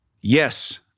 Yes